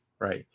Right